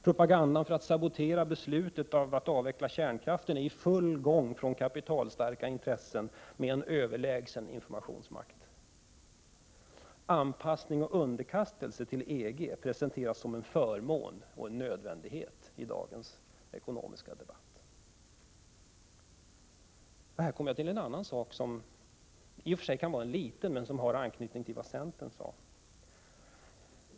Propagandan för att sabotera beslutet att avveckla kärnkraftenäri full gång från kapitalstarka intressen med en överlägsen informationsmakt. Anpassning och underkastelse till EG presenteras som en förmån och en nödvändighet i dagens ekonomiska debatt. Här kommer jag till en annan, i och för sig liten, sak som har anknytning till det centerns talesman sade.